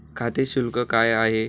खाते शुल्क काय आहे?